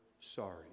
sorry